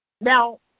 Now